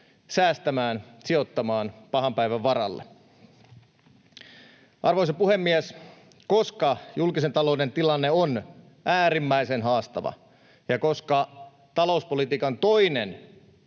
säästämään, sijoittamaan pahan päivän varalle. Arvoisa puhemies! Koska julkisen talouden tilanne on äärimmäisen haastava ja koska talouspolitiikan toinen